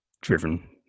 driven